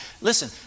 Listen